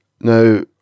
Now